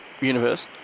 universe